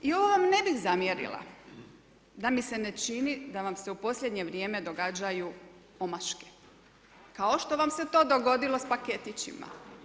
I ovo vam ne bih zamjerila da mi se ne čini da vam se u posljednje vrijeme događaju omaške, kao što vam se to dogodilo sa paketićima.